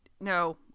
No